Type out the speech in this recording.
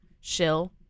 shill